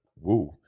Woo